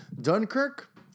Dunkirk